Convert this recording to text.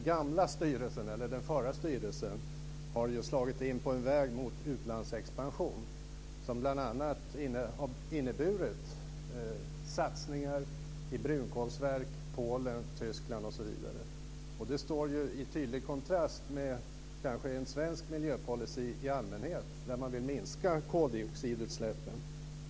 Fru talman! Den förra styrelsen har ju slagit in på en väg mot utlandsexpansion, som bl.a. har inneburit satsningar i brunkolsverk i Polen, Tyskland osv. Det står ju i tydlig kontrast mot en svensk miljöpolicy i allmänhet, där man vill minska koldioxidutsläppen.